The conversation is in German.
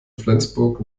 flensburg